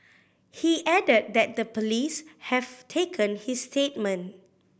he added that the police have taken his statement